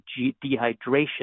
dehydration